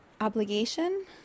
obligation